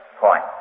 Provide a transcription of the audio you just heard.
point